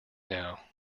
now